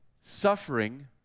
Suffering